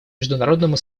международному